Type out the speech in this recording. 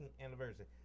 anniversary